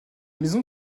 maisons